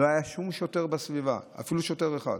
לא היה שום שוטר בסביבה, אפילו שוטר אחד.